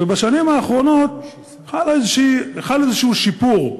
ובשנים האחרונות חל איזה שיפור,